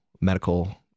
medical